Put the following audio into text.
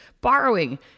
borrowing